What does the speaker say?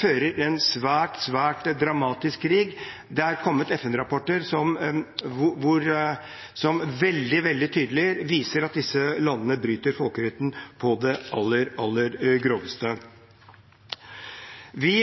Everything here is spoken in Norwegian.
fører en svært, svært dramatisk krig? Det er kommet FN-rapporter som veldig tydelig viser at disse landene bryter folkeretten på det aller, aller groveste. Vi